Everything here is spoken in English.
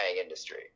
industry